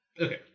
Okay